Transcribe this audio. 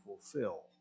fulfill